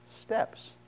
steps